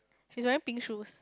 she's wearing pink shoes